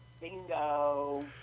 Bingo